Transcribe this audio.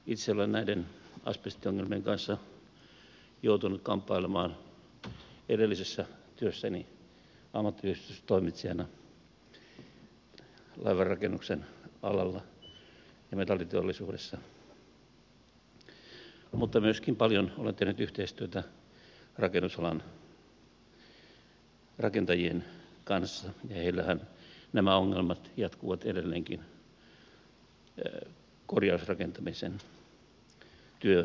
itse olen asbestiongelmien kanssa joutunut kamppailemaan edellisessä työssäni ammattiyhdistystoimitsijana laivanrakennuksen alalla ja metalliteollisuudessa mutta myöskin paljon olen tehnyt yhteistyötä rakennusalan rakentajien kanssa ja heillähän nämä ongelmat jatkuvat edelleenkin korjausrakentamisen työmailla